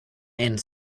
and